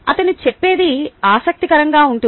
అతను చెప్పేది ఆసక్తికరంగా ఉంటుంది